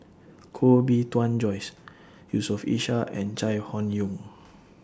Koh Bee Tuan Joyce Yusof Ishak and Chai Hon Yoong